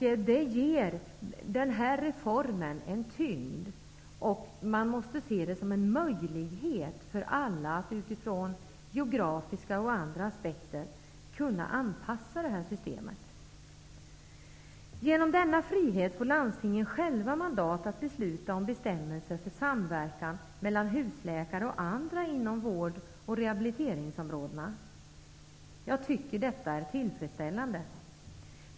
Det ger den här reformen tyngd. Man måste se det som en möjlighet för alla att utifrån geografiska och andra aspekter kunna anpassa systemet. Genom denna frihet får landstingen själva mandat att besluta om bestämmelser för samverkan mellan husläkare och andra inom vård och rehabiliteringsområdena. Jag tycker att detta är tillfredsställande.